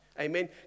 Amen